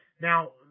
Now